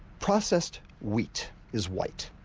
processed wheat is white,